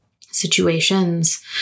situations